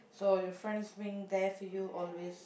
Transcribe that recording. so your friends being there for you always